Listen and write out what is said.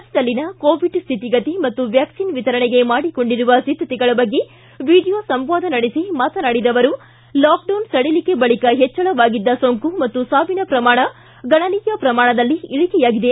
ರಾಜ್ದದಲ್ಲಿನ Covid ಸ್ವಿತಿಗತಿ ಹಾಗೂ ವ್ವಾಕ್ಲಿನ್ ವಿತರಣೆಗೆ ಮಾಡಿಕೊಂಡಿರುವ ಸಿದ್ದತೆಗಳ ಬಗ್ಗೆ ವಿಡಿಯೋ ಸಂವಾದ ನಡೆಸಿ ಮಾತನಾಡಿದ ಅವರು ಲಾಕ್ಡೌನ್ ಸಡಿಲಿಕೆ ಬಳಿಕ ಪೆಚ್ವಳವಾಗಿದ್ದ ಸೋಂಕು ಮತ್ತು ಸಾವಿನ ಪ್ರಮಾಣ ಗಣನೀಯ ಪ್ರಮಾಣದಲ್ಲಿ ಇಳಿಕೆಯಾಗಿದೆ